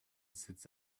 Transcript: sits